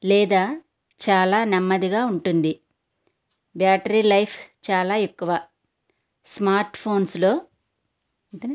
లేదా చాలా నెమ్మదిగా ఉంటుంది బ్యాటరీ లైఫ్ చాలా ఎక్కువ స్మార్ట్ఫోన్స్లో అంత